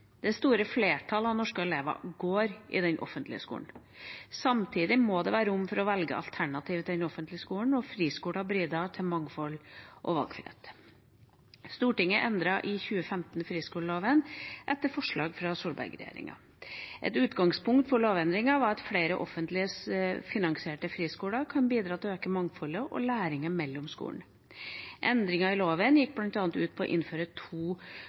Det store flertallet av norske elever går i den offentlige skolen. Samtidig må det være rom for å velge et alternativ til den offentlige skolen, og friskolen bidrar til mangfold og valgfrihet. Stortinget endret i 2015 friskoleloven etter forslag fra Solberg-regjeringa. Et utgangspunkt for lovendringen var at flere offentlig finansierte friskoler kan bidra til å øke mangfoldet og læringen mellom skolene. Endringene i loven gikk bl.a. ut på å innføre to